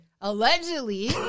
Allegedly